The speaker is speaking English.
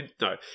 No